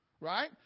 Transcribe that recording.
Right